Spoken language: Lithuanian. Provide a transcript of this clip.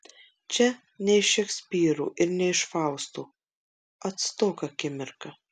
čia ne iš šekspyro ir ne iš fausto atstok akimirka